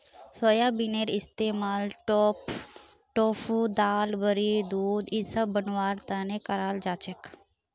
सोयाबीनेर इस्तमाल टोफू दाल बड़ी दूध इसब बनव्वार तने कराल जा छेक